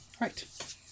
Right